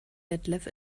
detlef